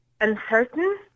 uncertain